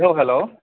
औ हेल'